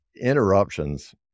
interruptions